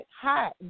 Hi